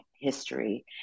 history